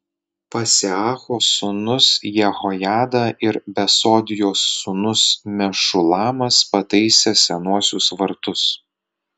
paseacho sūnus jehojada ir besodijos sūnus mešulamas pataisė senuosius vartus